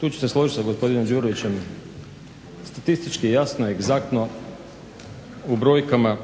tu ću se složiti sa gospodinom Đurovićem, statistički jasno, egzaktno u brojkama,